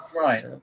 right